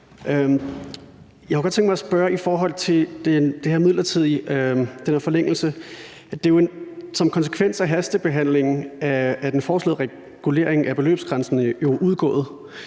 Jeg kunne godt tænke mig at spørge om noget i forhold til den der forlængelse. Det er jo som en konsekvens af hastebehandlingen, at den foreslåede regulering af beløbsgrænsen er udgået.